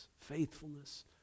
faithfulness